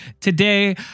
today